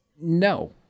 No